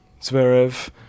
Zverev